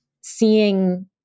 seeing